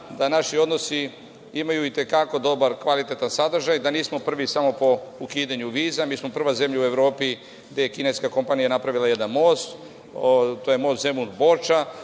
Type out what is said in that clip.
da naši odnosi imaju i te kako dobar, kvalitetan sadržaj, da nismo prvi samo po ukidanju viza. Mi smo prva zemlja u Evropi gde je kineska kompanija napravila jedan most. To je most Zemun – Borča,